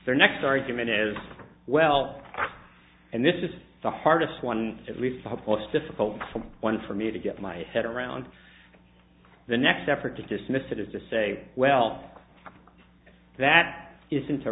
their next argument as well and this is the hardest one at least of course difficult one for me to get my head around the next effort to dismiss it is to say well that isn't a